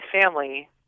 family